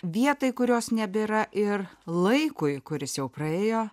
vietai kurios nebėra ir laikui kuris jau praėjo